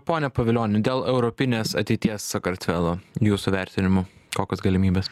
pone pavilioni dėl europinės ateities sakartvelo jūsų vertinimu kokios galimybės